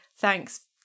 thanks